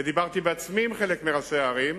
ודיברתי בעצמי עם חלק מראשי הערים,